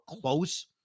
close